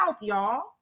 y'all